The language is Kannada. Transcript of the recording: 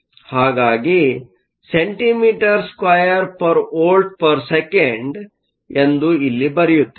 ಹಾಗಾಗಿ centimetre square per volt per second ಎಂದು ಇಲ್ಲಿ ಬರೆಯುತ್ತೇನೆ